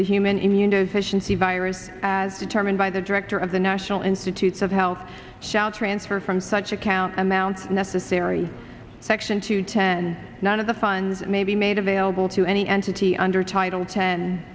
the human immunodeficiency virus as determined by the director of the national institutes of health shall transfer from such account amounts necessary section to ten none of the funds may be made available to any entity under title ten